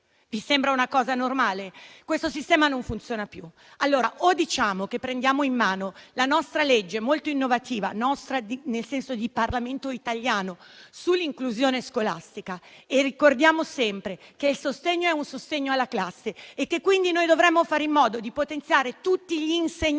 Vi sembra una cosa normale? Questo sistema non funziona più. Allora o diciamo che prendiamo in mano la nostra legge molto innovativa - nostra nel senso di Parlamento italiano - sull'inclusione scolastica e ricordiamo sempre che il sostegno è un sostegno alla classe e che quindi noi dovremmo fare in modo di potenziare tutti gli insegnanti,